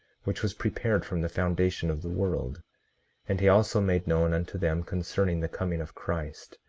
which was prepared from the foundation of the world and he also made known unto them concerning the coming of christ,